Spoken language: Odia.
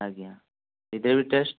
ଆଜ୍ଞା ଏଇଟା ବି ଟେଷ୍ଟ